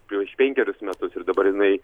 prieš penkerius metus ir dabar jinai